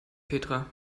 petra